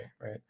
right